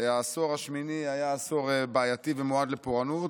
העשור השמיני היה עשור בעייתי ומועד לפורענות.